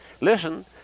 Listen